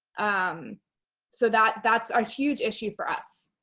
um so that, that's a huge issue for us.